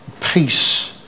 peace